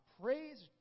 praise